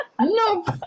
nope